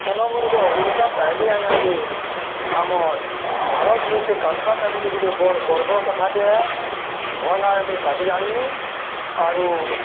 ସେନ ମୁଇଁ ଗୁଟେ ଅଭିଜ୍ଞତା ପାଏଲି ଆଜ୍ଞା ଯେ ଆମର୍ ଭାରତ୍ ମେପ୍କେ କାଟବାର୍ଟା ଗୁଟେ ଗୁଟେ ବଡ଼୍ ଗର୍ବର୍ କଥାଟେ ଆଏ ଭଲ୍ ଭାବେ ମୁଇଁ କାଟି ଜାନ୍ଲି ଆରୁ